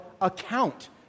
account